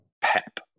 Pep